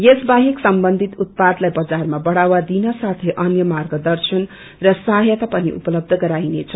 यस बाहेक सम्बन्धित उत्पादलाई बजारमा बढ़ावा दिन साथै अन्य मार्गदर्शन र सझयता पनि उपलब्ध बराईनेछ